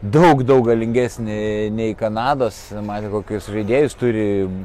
daug daug galingesni nei kanados matėm kokius žaidėjus turi